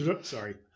sorry